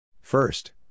First